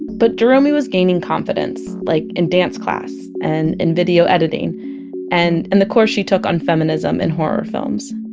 but jeromey was gaining confidence, like in dance class, and in video editing and in and the course she took on feminism in horror films